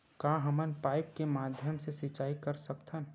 का हमन पाइप के माध्यम से सिंचाई कर सकथन?